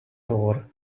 tore